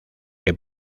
que